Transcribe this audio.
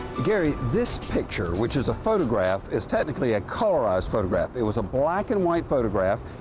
gary, this picture, which is a photograph, is technically a colorized photograph. it was a black and white photograph.